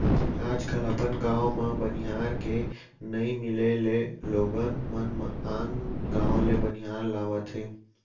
आज कल अपन गॉंव म बनिहार के नइ मिले ले लोगन मन आन गॉंव ले बनिहार लावत हें